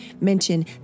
Mention